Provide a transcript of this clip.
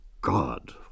God